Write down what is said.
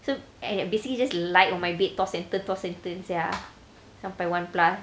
so I basically just lie on my bed toss and turn toss and turn sia sampai one plus